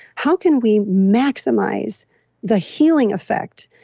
how can we maximize the healing effect?